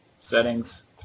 Settings